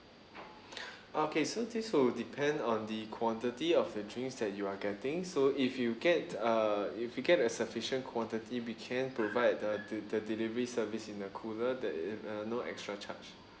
okay so this will depend on the quantity of your drinks that you are getting so if you get uh if you get a sufficient quantity we can provide the de~ the delivery service in a cooler that is uh no extra charge